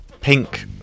pink